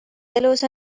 elus